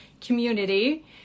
community